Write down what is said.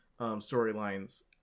storylines